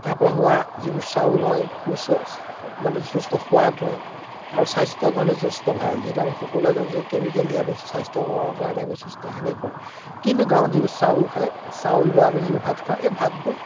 তাৰপৰা হোৱা যিবোৰ চাউল হয় সুস্থ মানে যথেষ্ট সোৱাদ হয় আৰু স্বাস্থ্যৰ কাৰণে যথেষ্ট ভাল যিহেতু আমি সকলোৱে যেন যে কেমিকেল দিয়া বস্তু স্বাস্থ্যকৰ কাৰণে যথেষ্ট হানিকৰ কিন্তু গাঁৱত যিবোৰ চাউল খায় চাউল বা আমি যিবোৰ ভাত খাওঁ এই ভাতবোৰ